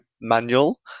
manual